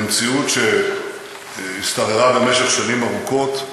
במציאות שהשתררה במשך שנים ארוכות,